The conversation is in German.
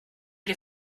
dir